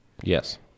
Yes